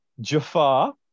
Jafar